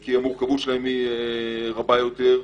כי המורכבות שלהם היא רבה יותר.